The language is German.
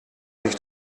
nicht